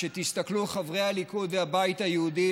חברי הליכוד והבית היהודי,